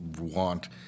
want